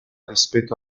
rispetto